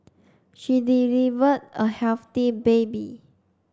she delivered a healthy baby